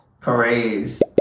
Parades